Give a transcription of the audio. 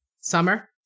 summer